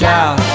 out